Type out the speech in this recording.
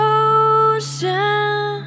ocean